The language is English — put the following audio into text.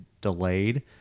delayed